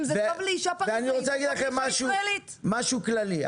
אם זה טוב לאישה פריזאית, זה